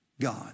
God